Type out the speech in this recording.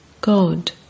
God